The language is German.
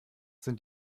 sind